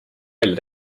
välja